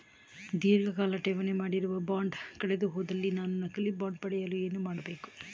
ಧೀರ್ಘಕಾಲ ಠೇವಣಿ ಮಾಡಿರುವ ಬಾಂಡ್ ಕಳೆದುಹೋದಲ್ಲಿ ನಾನು ನಕಲಿ ಬಾಂಡ್ ಪಡೆಯಲು ಏನು ಮಾಡಬೇಕು?